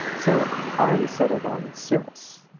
so i settled on cirrus,